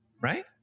right